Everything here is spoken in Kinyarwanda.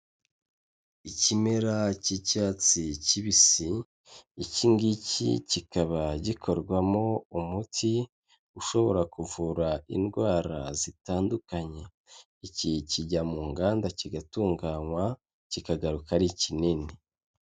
Ikimera cy'icyatsi kibisi, iki ngiki kikaba gikorwamo umuti ushobora kuvura indwara zitandukanye, iki kijya mu nganda kigatunganywa kikagaruka ari ikinini.